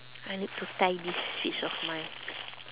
I need to tie these sweets of mine